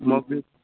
मग